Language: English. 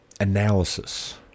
analysis